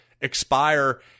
expire